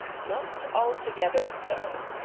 not altogether so.